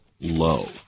low